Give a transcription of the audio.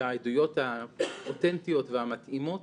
העדויות האותנטיות והמתאימות.